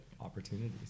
opportunities